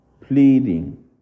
pleading